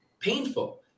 painful